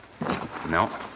No